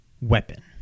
weapon